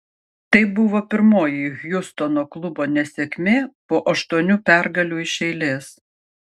tai buvo pirmoji hjustono klubo nesėkmė po aštuonių pergalių iš eilės